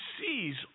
sees